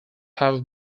have